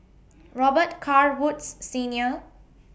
Robet Carr Woods Senior